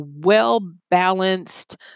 well-balanced